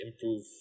improve